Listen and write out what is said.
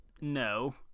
no